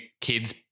kids